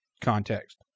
Context